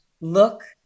look